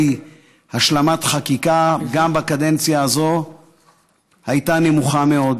השלמת חקיקה גם בקדנציה הזו היה נמוך מאוד.